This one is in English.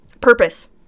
Purpose